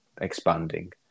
expanding